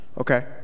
Okay